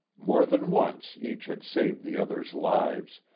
more than once each had saved the others' lives,